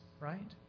right